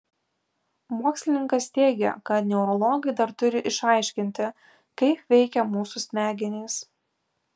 mokslininkas teigia kad neurologai dar turi išaiškinti kaip veikia mūsų smegenys